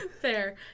Fair